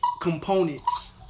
components